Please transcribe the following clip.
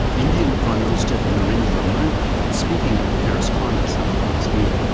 indian prime minister narendra modi, speaking at the paris climate summit last year.